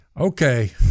Okay